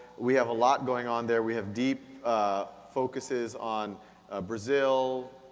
we have a lot going on there, we have deep ah focuses on ah brazil,